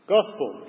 Gospel